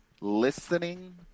listening